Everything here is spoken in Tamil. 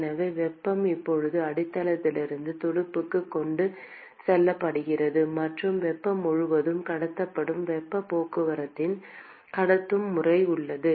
எனவே வெப்பம் இப்போது அடித்தளத்திலிருந்து துடுப்புக்கு கொண்டு செல்லப்படுகிறது மற்றும் வெப்பம் முழுவதும் கடத்தப்படும் வெப்பப் போக்குவரத்தின் கடத்தும் முறை உள்ளது